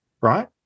right